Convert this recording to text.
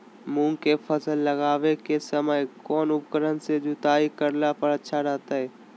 मूंग के फसल लगावे के समय कौन उपकरण से जुताई करला पर अच्छा रहतय?